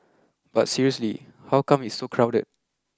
but seriously how come it's so crowded